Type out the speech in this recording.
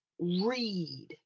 read